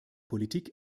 politik